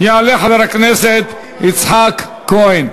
יעלה חבר הכנסת יצחק כהן.